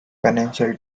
financial